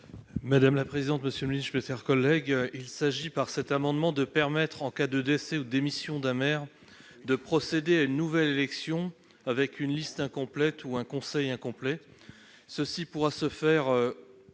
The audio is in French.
Madame la présidente, monsieur, lui, je vais faire, collègues, il s'agit par cet amendement de permettre, en cas de décès ou démission d'un maire de procéder à une nouvelle élection avec une liste incomplète ou un conseil incomplet ceci pourra se faire à